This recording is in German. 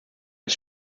als